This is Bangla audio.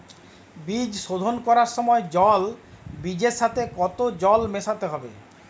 বীজ শোধন করার সময় জল বীজের সাথে কতো জল মেশাতে হবে?